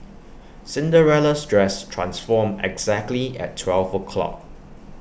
Cinderella's dress transformed exactly at twelve o' clock